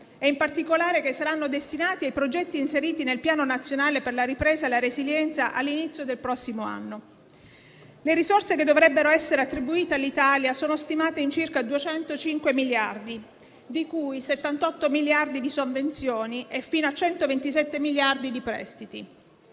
e in particolare che saranno destinati ai progetti inseriti nel Piano nazionale per la ripresa la residenza all'inizio del prossimo anno. Le risorse che dovrebbero essere attribuite all'Italia sono stimate in circa 205 miliardi, di cui 78 di sovvenzioni e fino a 127 di prestiti.